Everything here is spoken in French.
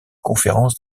conférence